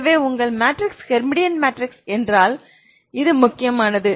எனவே உங்கள் matrix Hermitian matrix என்றால் இது முக்கியமானது